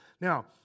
Now